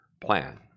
plan